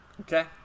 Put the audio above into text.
okay